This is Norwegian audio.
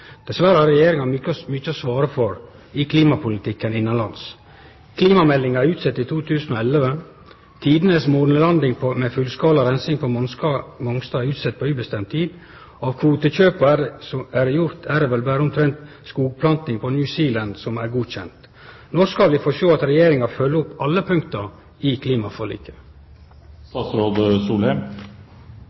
Dessverre har Regjeringa mykje å svare for i klimapolitikken innanlands. Klimameldinga er utsett til 2011. Tidenes månelanding med fullskala reinsing på Mongstad er utsett på ubestemd tid. Av kvotekjøpa som er gjorde, er det vel berre skogplanting på New Zealand som er godkjend. Når skal vi få sjå at Regjeringa følgjer opp alle punkta i